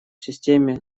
системе